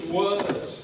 words